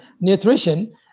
nutrition